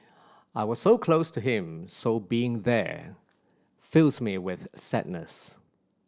I was so close to him so being there fills me with sadness